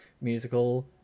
musical